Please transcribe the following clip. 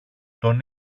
τον